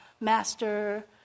master